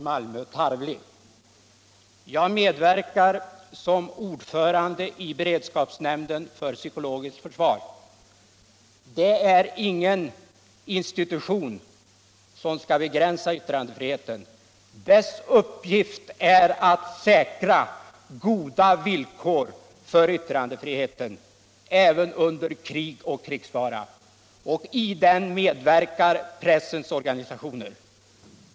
Herr talman! I brist på argument blir herr Svensson i Malmö tarvlig. Jag medverkar som ordförande i beredskapsnämnden för psykologiskt försvar. Det är ingen institution som skall begränsa yttrandefriheten. : Dess uppgift är att säkra goda villkor för yttrandefriheten även under krig och krigsfara, och i den medverkar pressens organisationer.